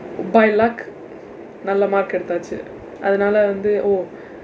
by luck நல்ல:nalla mark எடுத்தாச்சு அதனால வந்து:eduththaachsu athanaala vandthu oh